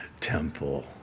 temple